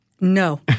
No